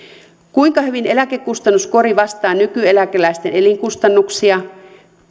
kuinka hyvin eläkekustannuskori vastaa nykyeläkeläisten elinkustannuksia